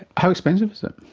how expensive is it?